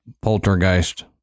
poltergeist